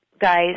guys